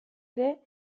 ere